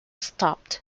stopped